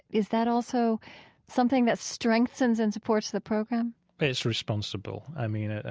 is that also something that strengthens and supports the program? it's responsible. i mean,